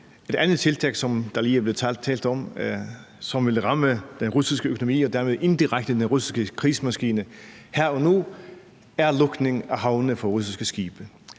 Et andet tiltag, der lige er blevet talt om, som vil ramme den russiske økonomi og dermed indirekte den russiske krigsmaskine her og nu, er lukningen af havne for russiske skibe.